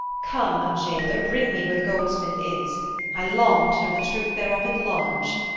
come, gaoler, bring me where the goldsmith is i long to know the truth hereof at large.